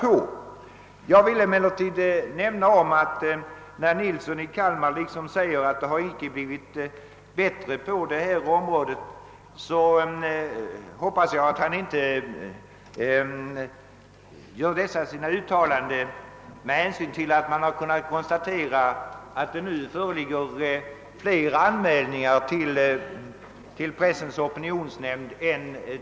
Herr Nilsson i Kalmar säger att förhållandena på detta område icke har blivit bättre. Jag hoppas att han inte gör det uttalandet mot bakgrund av att man har kunnat konstatera att det nu görs flera anmälningar än tidigare till Pressens opinionsnämnd.